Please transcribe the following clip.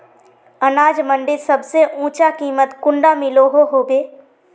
अनाज मंडीत सबसे ऊँचा कीमत कुंडा मिलोहो होबे?